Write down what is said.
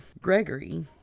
Gregory